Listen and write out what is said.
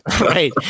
Right